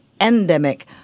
endemic